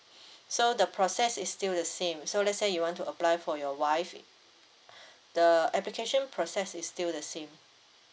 so the process is still the same so let's say you want to apply for your wife the application process is still the same